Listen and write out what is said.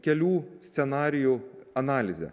kelių scenarijų analizę